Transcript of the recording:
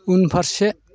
उनफारसे